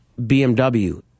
BMW